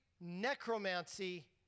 necromancy